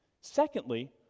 Secondly